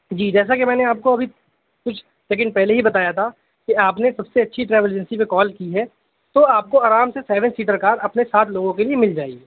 جی جیسا کہ میں نے آپ کو ابھی کچھ سیکنڈ پہلے ہی بتایا تھا کہ آپ نے سب سے اچھی ٹریول ایجنسی پے کال کی ہے تو آپ کو آرام سے سیون سیٹر کار اپنے سات لوگوں کے لیے مل جائے گی